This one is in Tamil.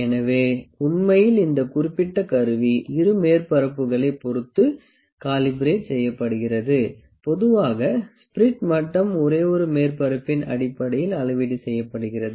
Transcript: எனவே உண்மையில் இந்த குறிப்பிட்ட கருவி இரு மேற்பரப்புகளை பொறுத்து காலிபரேட் செய்யப்படுகிறது பொதுவாக ஸ்பிரிட் மட்டம் ஒரே ஒரு மேற்பரப்பின் அடிப்படையில் அளவீடு செய்யப்படுகிறது